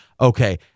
Okay